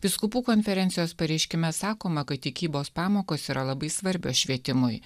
vyskupų konferencijos pareiškime sakoma kad tikybos pamokos yra labai svarbios švietimui